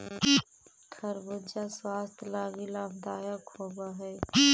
खरबूजा स्वास्थ्य लागी लाभदायक होब हई